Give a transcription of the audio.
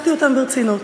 לקחתי אותם ברצינות,